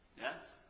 yes